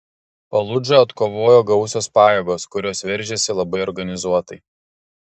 faludžą atkovojo gausios pajėgos kurios veržėsi labai organizuotai